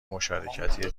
مشارکتی